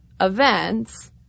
events